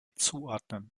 zuordnen